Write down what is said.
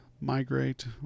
migrate